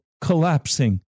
collapsing